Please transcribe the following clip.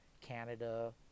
Canada